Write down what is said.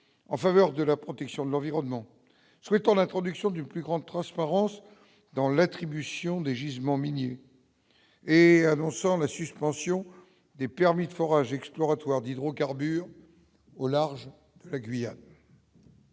en faveur de la protection de l'environnement, souhaitant l'introduction d'une plus grande transparence dans l'attribution des gisements miniers et annonçant la suspension des permis de forage exploratoire d'hydrocarbures au large de la Guyane.